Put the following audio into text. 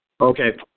Okay